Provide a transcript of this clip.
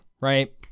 right